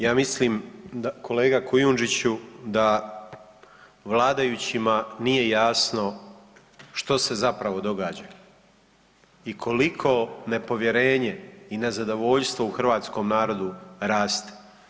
Ja mislim kolega Kujundžiću da vladajućima nije jasno što se zapravo događa i koliko nepovjerenje i nezadovoljstvo u hrvatskom narodu raste.